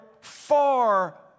far